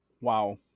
Wow